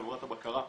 חברת הבקרה.